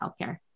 healthcare